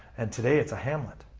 and today it's a hamlet.